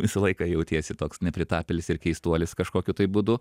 visą laiką jautiesi toks nepritapėlis ir keistuolis kažkokiu būdu